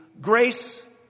grace